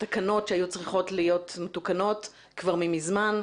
תקנות שהיו צריכות להיות מתוקנות כבר מזמן,